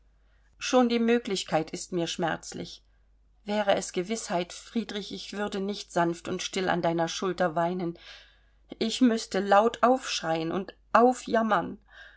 schon die möglichkeit ist mir schmerzlich wäre es gewißheit friedrich ich würde nicht sanft und still an deiner schulter weinen ich müßte laut aufschreien und aufjammern